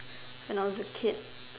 when I was a kid